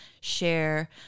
share